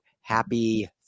Happy